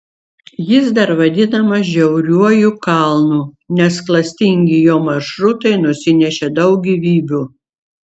jis dar vadinamas žiauriuoju kalnu nes klastingi jo maršrutai nusinešė daug gyvybių